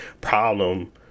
problem